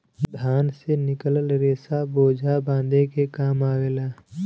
धान से निकलल रेसा बोझा बांधे के काम आवला